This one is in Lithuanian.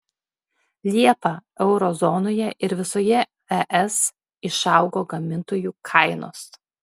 liepą euro zonoje ir visoje es išaugo gamintojų kainos